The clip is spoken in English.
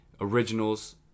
originals